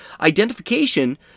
identification